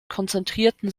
konzentrierten